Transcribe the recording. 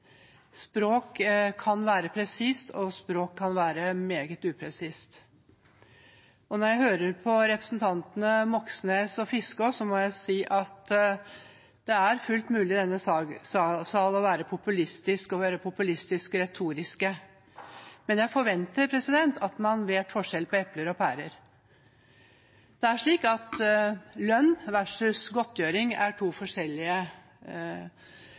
Språk kan være presist, og språk kan være meget upresist. Når jeg hører på representantene Moxnes og Fiskaa, må jeg si at det er fullt mulig i denne sal å være populistisk og å være populistisk retoriske, men jeg forventer at man vet forskjell på epler og pærer. Det er slik at lønn og godtgjøring er to forskjellige